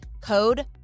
Code